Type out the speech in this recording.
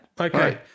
Okay